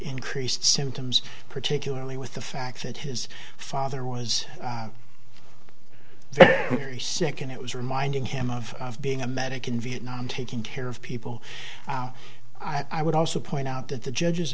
increased symptoms particularly with the fact that his father was very very sick and it was reminding him of being a medic in vietnam taking care of people i would also point out that the judge